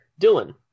dylan